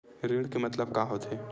ऋण के मतलब का होथे?